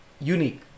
unique